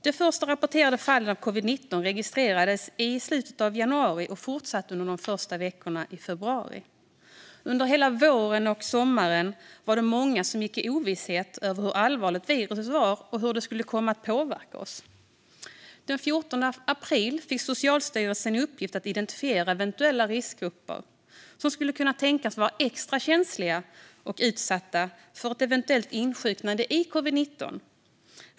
De första rapporterade fallen av covid-19 registrerades i slutet av januari, och det fortsatte under de första veckorna i februari. Under hela våren och sommaren var det många som gick i ovisshet om hur allvarligt viruset var och hur det skulle komma att påverka oss. Den 14 april fick Socialstyrelsen i uppgift att identifiera eventuella riskgrupper som skulle kunna tänkas vara extra känsliga och utsatta för ett eventuellt insjuknande i covid-19.